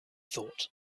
thought